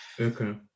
Okay